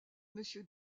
monsieur